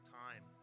time